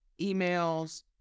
emails